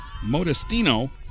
Modestino